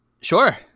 Sure